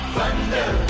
Thunder